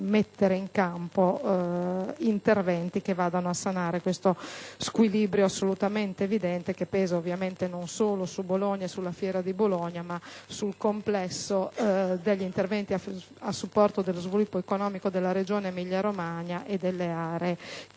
mettere in campo interventi che vadano a sanare uno squilibrio assolutamente evidente che pesa non solo sulla fiera di Bologna, ma sul complesso degli interventi a supporto dello sviluppo economico della Regione Emilia-Romagna e delle aree